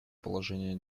положение